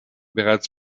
bereits